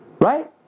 right